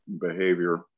behavior